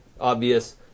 obvious